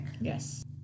Yes